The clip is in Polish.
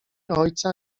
ojca